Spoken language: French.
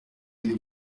mille